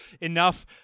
enough